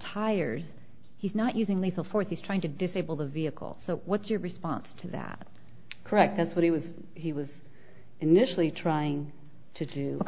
tires he's not using lethal force he's trying to disable the vehicle so what's your response to that correct that's what he was he was initially trying to do